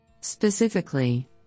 Specifically